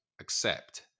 accept